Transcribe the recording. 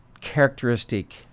characteristic